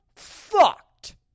fucked